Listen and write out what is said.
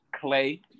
Clay